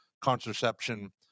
contraception